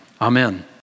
amen